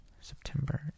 September